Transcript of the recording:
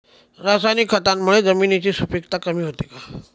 रासायनिक खतांमुळे जमिनीची सुपिकता कमी होते का?